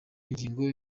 ingingo